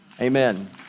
Amen